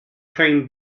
train